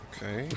Okay